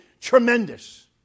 tremendous